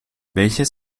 welches